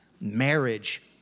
marriage